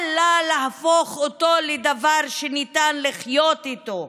אל לה להפוך אותו לדבר שניתן לחיות איתו.